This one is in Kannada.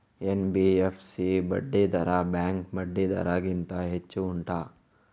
ಎನ್.ಬಿ.ಎಫ್.ಸಿ ಬಡ್ಡಿ ದರ ಬ್ಯಾಂಕ್ ಬಡ್ಡಿ ದರ ಗಿಂತ ಹೆಚ್ಚು ಉಂಟಾ